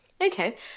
Okay